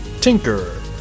Tinker